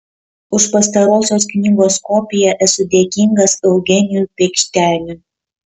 už pastarosios knygos kopiją esu dėkingas eugenijui peikšteniui